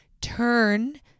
turn